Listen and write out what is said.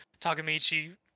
Takamichi